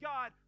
God